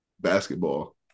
basketball